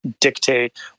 dictate